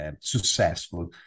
successful